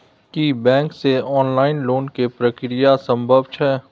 की bank से online loan के प्रक्रिया संभव छै?